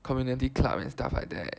community club and stuff like that